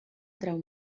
treu